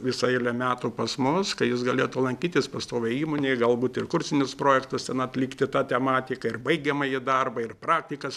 visą eilę metų pas mus kad jis galėtų lankytis pastoviai įmonėj galbūt ir kursinius projektus ten atlikti ta tematika ir baigiamąjį darbą ir praktikas